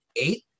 eight